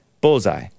Bullseye